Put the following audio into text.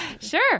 Sure